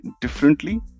differently